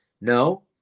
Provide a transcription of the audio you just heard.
no